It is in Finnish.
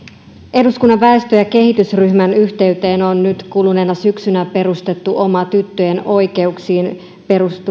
eduskunnan väestö ja kehitysryhmän yhteyteen on nyt kuluneena syksynä perustettu oma tyttöjen oikeuksiin